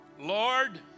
Lord